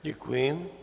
Děkuji.